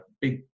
big